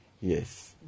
Yes